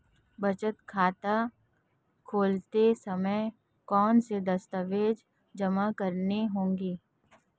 बचत खाता खोलते समय कौनसे दस्तावेज़ जमा करने होंगे?